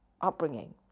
upbringing